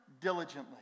diligently